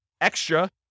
extra